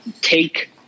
take